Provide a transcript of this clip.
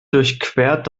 durchquert